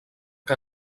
que